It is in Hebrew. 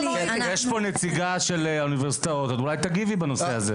יש פה נציגה של האוניברסיטאות אז אולי היא תגיב בעניין הזה.